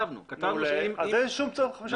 אין שום צורך בחמישה עותקים.